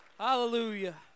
Hallelujah